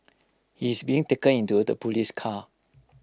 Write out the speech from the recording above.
he is being taken into the Police car